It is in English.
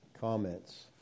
comments